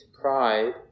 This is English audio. pride